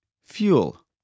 Fuel